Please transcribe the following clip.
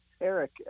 Eric